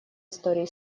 истории